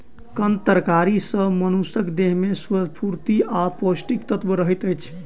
कंद तरकारी सॅ मनुषक देह में स्फूर्ति आ पौष्टिक तत्व रहैत अछि